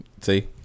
See